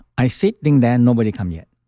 i sitting there, nobody come yet.